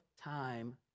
time